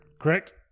correct